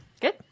Good